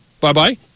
Bye-bye